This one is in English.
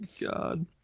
god